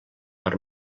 per